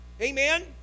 Amen